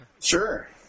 Sure